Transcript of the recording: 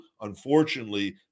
Unfortunately